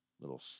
Little